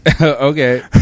Okay